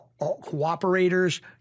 cooperators